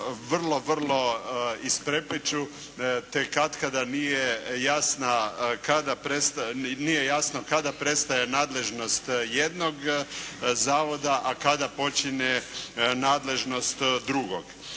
vrlo, vrlo isprepliću te katkada nije jasna kada prestaje, nije jasno kada prestaje nadležnost jednog zavoda a kada počinje nadležnost drugog.